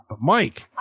Mike